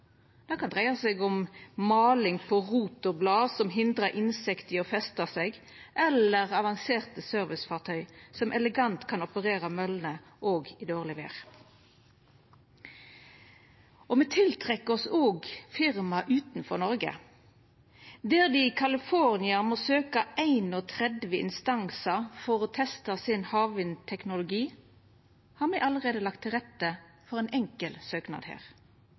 Det kan dreia seg om maling på rotorblad som hindrar insekt i å festa seg, eller avanserte servicefarty som elegant kan operera møllene òg i dårleg vêr. Me tiltrekker oss òg firma utanfrå Noreg. Der dei i California må søkja 31 instansar for å få testa sin havvindteknologi, har me allereie lagt til rette for ein enkel søknad her.